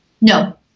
No